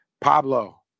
Pablo